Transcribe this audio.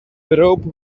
rope